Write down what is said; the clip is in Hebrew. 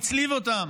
הצליב אותן